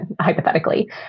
hypothetically